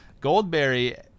Goldberry